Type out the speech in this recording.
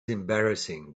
embarrassing